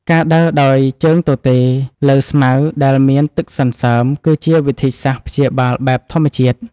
ការដើរដោយជើងទទេលើស្មៅដែលមានទឹកសន្សើម គឺជាវិធីសាស្ត្រព្យាបាលបែបធម្មជាតិ។